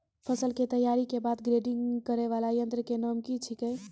फसल के तैयारी के बाद ग्रेडिंग करै वाला यंत्र के नाम की छेकै?